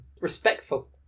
Respectful